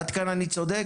עד כאן אני צודק?